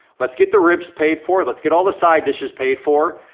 let's get the ribs paid for, let's get all the side dishes paid for,